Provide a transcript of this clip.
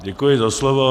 Děkuji za slovo.